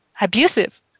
abusive